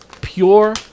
pure